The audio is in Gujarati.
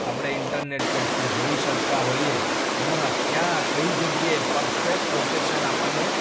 આપણે ઈન્ટરનેટ પરથી જોઈ શકતા હોઈએ એમાં ક્યાં કઈ જગ્યાએ પરફેક્ટ લોકેશન આપણને